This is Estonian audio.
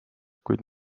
kuid